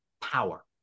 power